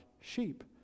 sheep